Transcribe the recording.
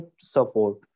support